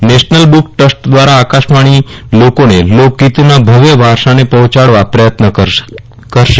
national Book Trust દ્વારા આકાશવાજી લોકોને લોકગીતોના ભવ્ય વારસાને પહોંચાડવા પ્રયત્ન કરશે